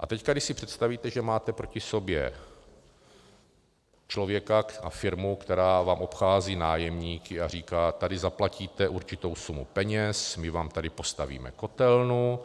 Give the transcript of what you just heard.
A teď když si představíte, že máte proti sobě člověka a firmu, která vám obchází nájemníky a říká, tady zaplatíte určitou sumu peněz, my vám tady postavíme kotelnu,